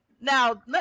Now